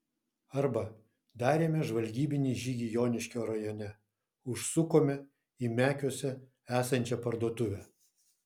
arba darėme žvalgybinį žygį joniškio rajone užsukome į mekiuose esančią parduotuvę